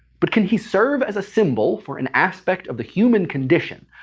but can he serve as a symbol for an aspect of the human condition,